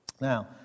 Now